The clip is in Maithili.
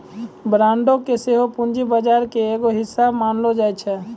बांडो के सेहो पूंजी बजार के एगो हिस्सा मानलो जाय छै